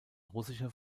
russische